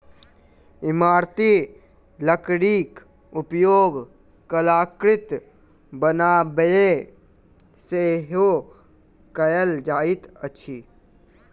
इमारती लकड़ीक उपयोग कलाकृति बनाबयमे सेहो कयल जाइत अछि